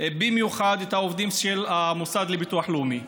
במיוחד את העובדים של המוסד לביטוח לאומי.